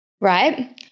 right